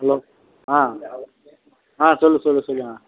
hello ஆ ஆ சொல்லு சொல்லு சொல்லுங்கள்